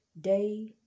day